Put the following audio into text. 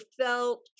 felt